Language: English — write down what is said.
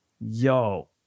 Yo